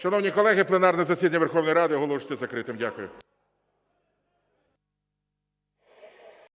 Шановні колеги, пленарне засідання Верховної Ради оголошується закритим. Дякую.